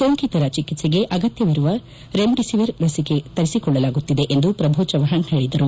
ಸೋಂಕಿತರ ಚಿಕಿತ್ಸೆಗೆ ಅಗತ್ತವಿರುವ ರೆಮ್ಡಿಸಿವಿರ್ ಲಸಿಕೆ ತರಿಸಿಕೊಳ್ಳಲಾಗುತ್ತಿದೆ ಎಂದು ಪ್ರಭು ಚವ್ವಾಣ್ ಹೇಳಿದರು